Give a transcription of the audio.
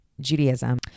Judaism